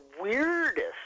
weirdest